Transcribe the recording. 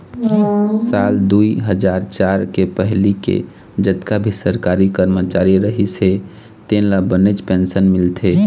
साल दुई हजार चार के पहिली के जतका भी सरकारी करमचारी रहिस हे तेन ल बनेच पेंशन मिलथे